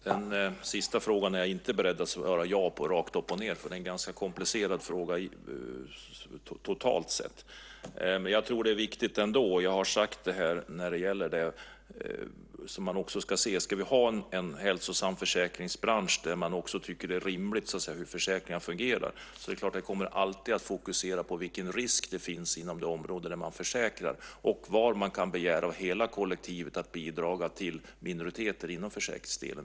Herr talman! Den sista frågan är jag inte beredd att svara ja på rakt upp och ned. Det är en ganska komplicerad fråga totalt sett. Jag tror ändå, och det har jag sagt, att det är viktigt om vi ska ha en hälsosam försäkringsbransch, där man tycker att försäkringar fungerar på ett rimligt sätt, att vi också klart ser att den alltid kommer att fokusera på vilken risk det finns inom det område man försäkrar och vad man kan begära att hela kollektivet bidrar med till minoriteter inom försäkringsdelen.